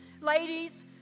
ladies